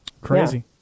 Crazy